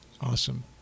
Awesome